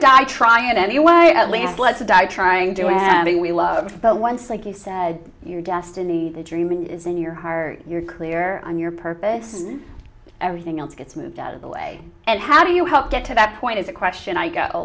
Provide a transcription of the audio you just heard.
die trying anyway at least blood to die trying to do it and we loved it but once like you said your destiny the dream is in your heart you're clear on your purpose everything else gets moved out of the way and how do you help get to that point is a question